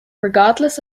regardless